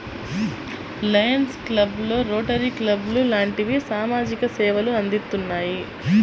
Lions club, rotary club లాంటివి సామాజిక సేవలు అందిత్తున్నాయి